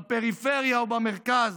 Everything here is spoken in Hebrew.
בפריפריה ובמרכז,